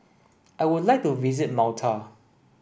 I would like to visit Malta